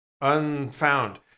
unfound